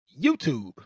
YouTube